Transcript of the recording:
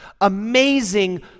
amazing